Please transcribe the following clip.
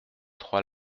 trois